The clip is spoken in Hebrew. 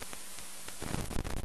האחרים.